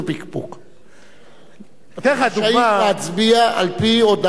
אתם רשאים להצביע על-פי הודעתו של היועץ המשפטי לכנסת.